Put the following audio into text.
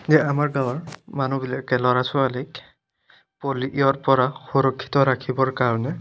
যে আমাৰ গাঁৱৰ মানুহবিলাকে ল'ৰা ছোৱালীক পলিঅ'ৰ পৰা সুৰক্ষিত ৰাখিবৰ কাৰণে